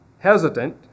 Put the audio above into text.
hesitant